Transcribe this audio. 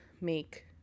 make